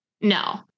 no